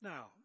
Now